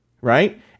right